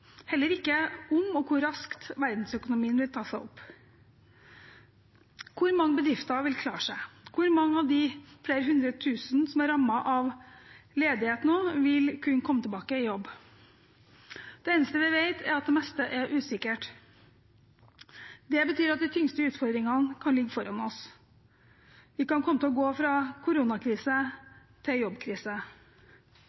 heller ikke om og hvor raskt verdensøkonomien vil ta seg opp. Hvor mange bedrifter vil klare seg? Hvor mange av de flere hundretusen som er rammet av ledighet nå, vil kunne komme tilbake i jobb? Det eneste vi vet, er at det meste er usikkert. Det betyr at de tyngste utfordringene kan ligge foran oss. Vi kan komme til å gå fra koronakrise